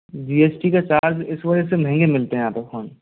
जी S T का charge इस वजह से महंगे मिलते हैं यहाँ पर फ़ोन